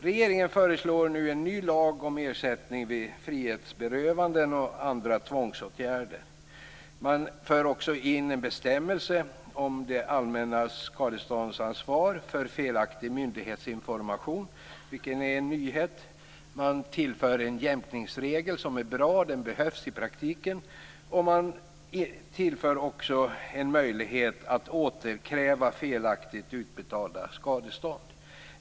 Regeringen föreslår nu en ny lag om ersättning vid frihetsberövanden och andra tvångsåtgärder. Man för också in en bestämmelse om det allmännas skadeståndsansvar för felaktig myndighetsinformation - vilken är en nyhet. Man tillför en jämkningsregel. Den är bra och behövs i praktiken. Man tillför också en möjlighet att återkräva felaktigt utbetalda skadestånd.